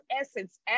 essence